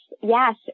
yes